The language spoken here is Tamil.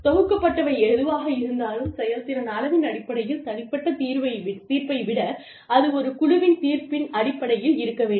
தொகுக்கப்பட்டவை எதுவாக இருந்தாலும் செயல்திறன் அளவின் அடிப்படையில் தனிப்பட்ட தீர்ப்பை விட அது ஒரு குழுவின் தீர்ப்பின் அடிப்படையில் இருக்க வேண்டும்